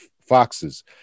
foxes